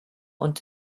und